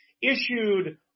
issued